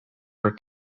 were